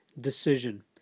decision